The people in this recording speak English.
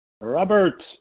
Robert